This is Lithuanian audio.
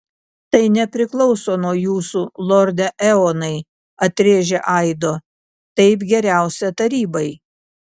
tai nepriklauso nuo jūsų lorde eonai atrėžė aido taip geriausia tarybai